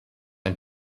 ein